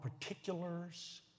particulars